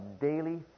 daily